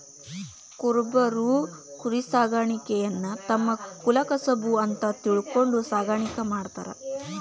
ಕುರಬರು ಕುರಿಸಾಕಾಣಿಕೆಯನ್ನ ತಮ್ಮ ಕುಲಕಸಬು ಅಂತ ತಿಳ್ಕೊಂಡು ಸಾಕಾಣಿಕೆ ಮಾಡ್ತಾರ